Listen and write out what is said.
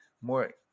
more